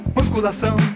Musculação